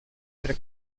tre